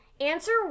answer